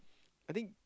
I think